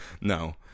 No